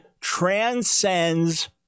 transcends